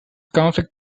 conflict